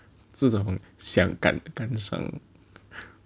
这种想感感伤